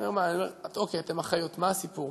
אז אני אומר: אוקיי, אתן אחיות, מה הסיפור?